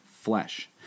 flesh